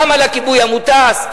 כמה לכיבוי המוטס.